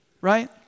Right